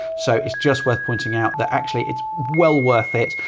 so it's just worth pointing out that actually it's well worth it.